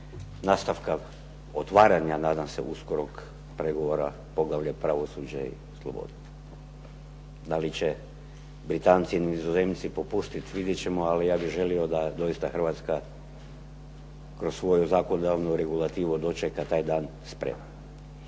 nastavka otvaranja, nadam se uskoro pregovora poglavlja pravosuđe i sloboda. Da li će Britanci i Nizozemci popustiti vidjet ćemo, ali ja bih želio da doista Hrvatska kroz svoju zakonodavnu regulativu dočeka taj dan spremna.